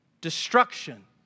destruction